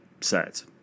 set